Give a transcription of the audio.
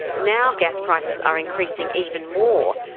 now gas prices are increasing even more,